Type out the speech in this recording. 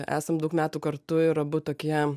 esam daug metų kartu ir abu tokie